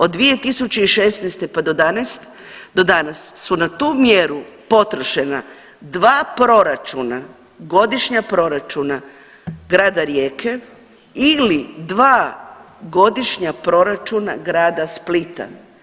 Od 2016. pa do danas su na tu mjeru potrošena dva proračuna, godišnja proračuna grada Rijeke ili dva godišnja proračuna grada Splita.